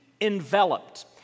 enveloped